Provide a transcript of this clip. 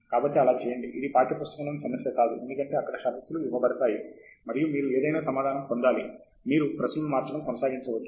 కాబట్టి అలా చేయండి ఇది పాఠ్యపుస్తకంలోని సమస్య కాదు ఎందుకంటే అక్కడ షరతులు ఇవ్వబడతాయి మరియు మీరు సరైన సమాధానం పొందాలి మీరు ప్రశ్నలను మార్చడం కొనసాగించవచ్చు